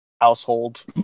household